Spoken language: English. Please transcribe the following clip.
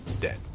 dead